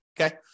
okay